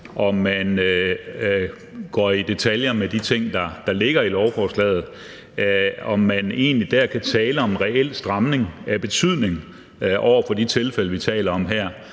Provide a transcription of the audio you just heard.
og man går i detaljer med de ting, der ligger i lovforslaget, er spørgsmålet, om man egentlig dér kan tale om reel stramning af betydning over for de tilfælde, vi taler om her.